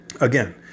Again